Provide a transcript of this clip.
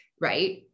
Right